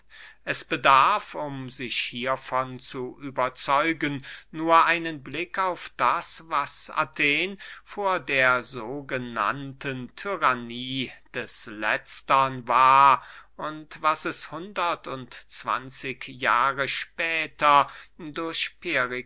es bedarf um sich hiervon zu überzeugen nur einen blick auf das was athen vor der sogenannten tyrannie des letztern war und was es hundert und zwanzig jahre später durch